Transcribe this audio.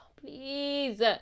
Please